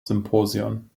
symposion